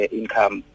income